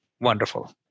Wonderful